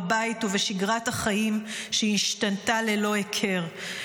בבית ובשגרת החיים שהשתנתה ללא הכר.